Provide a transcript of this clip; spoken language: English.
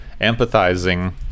empathizing